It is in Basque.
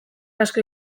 asko